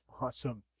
awesome